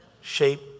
shape